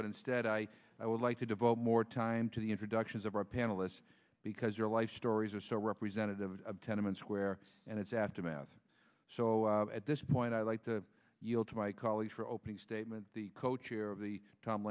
but instead i i would like to devote more time to the introductions of our panelists because your life stories are so representative of tenement square and its aftermath so at this point i'd like to yield to my colleagues for opening statement the co chair of the tom